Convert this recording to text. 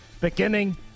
beginning